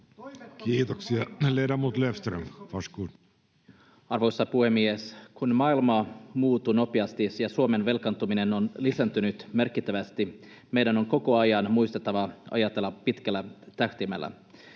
Arvoisa puhemies! Kun maailma muuttuu nopeasti ja Suomen velkaantuminen on lisääntynyt merkittävästi, meidän on koko ajan muistettava ajatella pitkällä tähtäimellä.